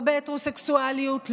לא בהטרוסקסואליות,